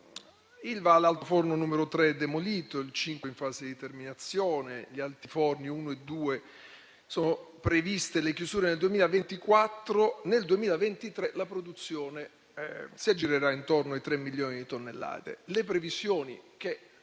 ha l'altoforno numero 3 demolito, il numero 5 in fase di terminazione, mentre per gli altiforni 1 e 2 sono previste le chiusure nel 2024; nel 2023 la produzione si aggirerà intorno ai 3 milioni di tonnellate,